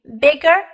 bigger